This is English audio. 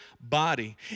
body